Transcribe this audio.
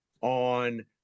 on